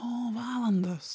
o valandos